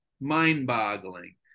mind-boggling